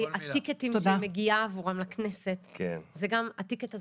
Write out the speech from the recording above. הטיקטים שהיא מגיעה עבורם לכנסת זה גם הטיקט הזה